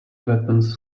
weapons